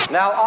now